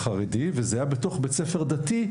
וזה היה בתוך בית ספר דתי,